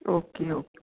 okay okay